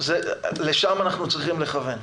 לשם אנחנו צריכים לכוון.